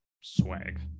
swag